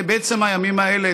בעצם הימים האלה,